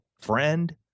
friend